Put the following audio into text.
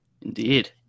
Indeed